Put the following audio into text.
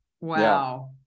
Wow